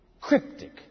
cryptic